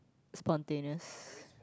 spontaneous